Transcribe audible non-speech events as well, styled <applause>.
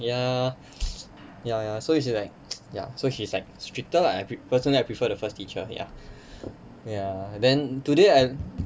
ya <breath> ya ya so she's like <noise> ya so she's like stricter lah personally I prefer to first teacher ya ya then today I